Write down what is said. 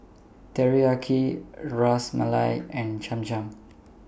Teriyaki Ras Malai and Cham Cham